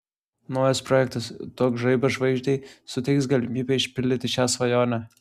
naujas projektas duok žaibą žvaigždei suteiks galimybę išpildyti šią svajonę